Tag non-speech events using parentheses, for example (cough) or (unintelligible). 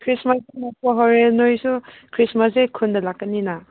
Christmas (unintelligible) ꯍꯣꯔꯦꯟ ꯅꯣꯏꯁꯨ ꯈ꯭ꯔꯤꯁꯃꯥꯁꯁꯦ ꯈꯨꯟꯗ ꯂꯥꯛꯀꯅꯤꯅ